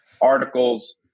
articles